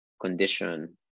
condition